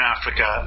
Africa